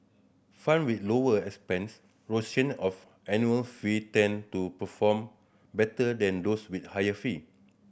fund with lower expense ratio of annual fee tend to perform better than those with higher fee